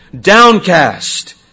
downcast